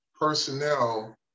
personnel